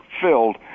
filled